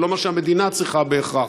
ולא מה שהמדינה צריכה בהכרח.